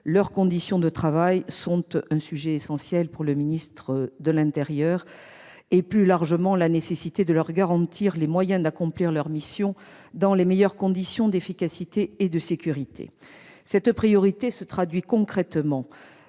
Leurs conditions de travail sont, bien sûr, un sujet essentiel pour le ministre de l'intérieur, comme plus largement la nécessité de leur garantir les moyens d'accomplir leurs missions dans les meilleures conditions d'efficacité et de sécurité. Cette priorité se traduit concrètement.